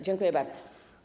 Dziękuję bardzo.